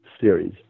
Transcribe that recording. series